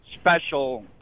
special